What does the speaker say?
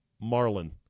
marlin